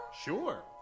Sure